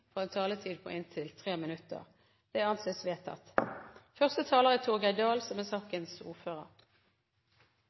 får en taletid på inntil 3 minutter. – Det anses vedtatt. De forslagene vi behandler i dag, er